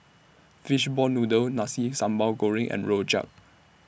Fishball Noodle Nasi Sambal Goreng and Rojak